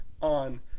on